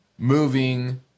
Moving